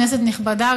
כנסת נכבדה,